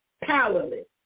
powerless